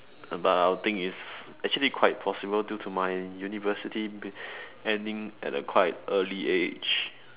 but I would think is actually quite possible due to my university be ending at a quite early age